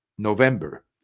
November